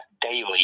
daily